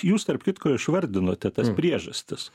jūs tarp kitko išvardinote tas priežastis